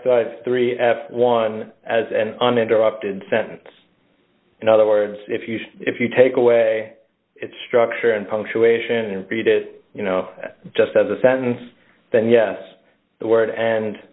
fifty three f one as an uninterrupted sentence in other words if you say if you take away it's structure and punctuation and beat it you know just as a sentence then yes the word and